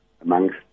amongst